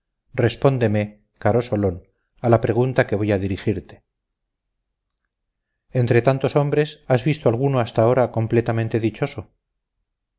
respóndeme caro solón a la pregunta que voy a dirigirte entre tantos hombres has visto alguno hasta de ahora completamente dichoso